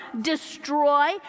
destroy